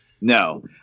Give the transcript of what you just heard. No